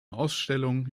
ausstellung